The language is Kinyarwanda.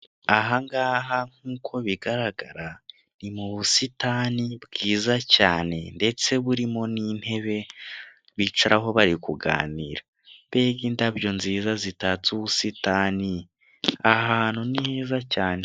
Ahangaha nk'uko bigaragara, ni mu busitani bwiza cyane, ndetse burimo n'intebe, bicaraho bari kuganira, mbega indabyo nziza zitatse ubusitani, aha hantu ni heza cyane.